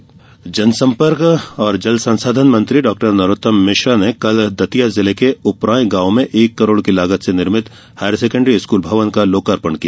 लोकार्पण जन सम्पर्क जल संसाधन मंत्री डॉ नरोत्तम मिश्र ने कल दतिया जिले के उपरांय गांव में एक करोड़ की लागत से निर्मित हायर सेकेण्डरी स्कूल भवन का लोकार्पण किया